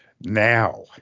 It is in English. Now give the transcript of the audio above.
Now